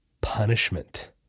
Punishment